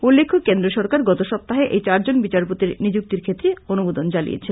উল্লেখ্য কেন্দ্র সরকার গতসপ্তাহে এই চারজন বিচারপতির নিযুক্তির ক্ষেত্রে অনুমোদন জানিয়েছিল